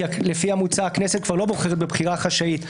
כי לפי המוצע הכנסת כבר לא בוחרת בבחירה חשאית,